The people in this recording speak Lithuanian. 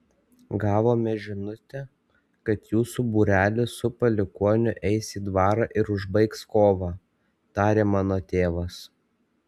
gavome žinutę kad jūsų būrelis su palikuoniu eis į dvarą ir užbaigs kovą tarė mano tėvas